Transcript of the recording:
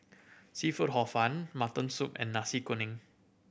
seafood Hor Fun mutton soup and Nasi Kuning